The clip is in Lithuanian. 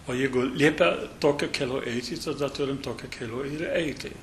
o jeigu liepia tokiu keliu eiti tada turim tokiu keliu ir eiti